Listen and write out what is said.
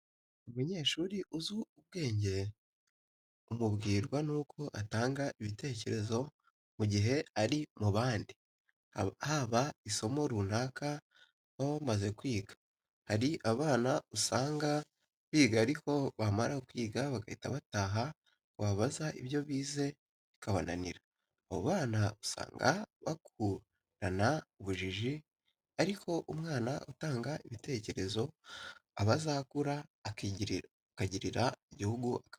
Umunyeshuri uzi ubwenge umubwirwa nuko atanga ibitekerezo mu gihe ari mu bandi, haba isomo runaka baba bamaze kwiga. Hari abana usanga biga ariko bamara kwiga bagahita bataha wababaza ibyo bize bikabananira, abo bana usanga bakurana ubujiji, ariko umwana utanga ibitekerezo aba azakura akagirira igihugu akamaro.